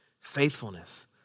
faithfulness